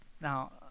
Now